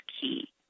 key